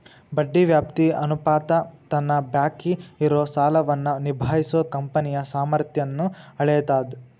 ಬಡ್ಡಿ ವ್ಯಾಪ್ತಿ ಅನುಪಾತ ತನ್ನ ಬಾಕಿ ಇರೋ ಸಾಲವನ್ನ ನಿಭಾಯಿಸೋ ಕಂಪನಿಯ ಸಾಮರ್ಥ್ಯನ್ನ ಅಳೇತದ್